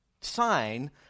sign